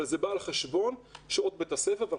אבל זה בא על חשבון שעות בית ספר ועל